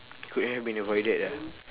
could have been avoided ah